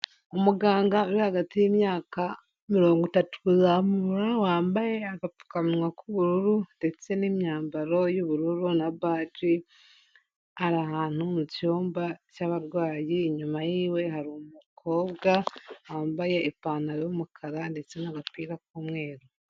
Umuganga uri hagati y'imyaka mirongo itatu kuzamura, wambaye agapfukamunwa k'ubururu, ndetse n'imyambaro y'ubururu na baji, ari ahantu mu cyumba cy'abarwayi, inyuma yiwe hari umukobwa wambaye ipantaro y'umukara, ndetse n'agapira k'umweru.